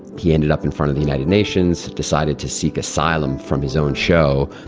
he ended up in front of the united nations, decided to seek asylum from his own show,